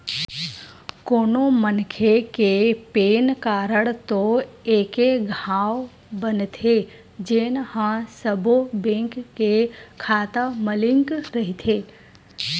कोनो मनखे के पेन कारड तो एके घांव बनथे जेन ह सब्बो बेंक के खाता म लिंक रहिथे